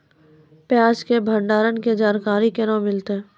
प्याज के भंडारण के जानकारी केना मिलतै?